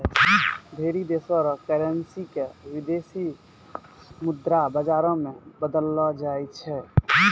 ढेरी देशो र करेन्सी क विदेशी मुद्रा बाजारो मे बदललो जाय छै